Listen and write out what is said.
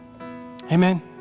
Amen